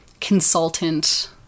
consultant-